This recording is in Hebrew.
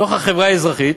בתוך החברה האזרחית.